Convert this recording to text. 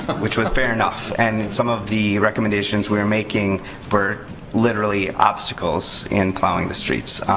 which was fair enough. and some of the recommendations we were making were literally obstacles in plowing the streets.